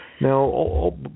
Now